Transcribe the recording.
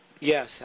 Yes